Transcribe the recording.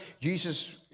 Jesus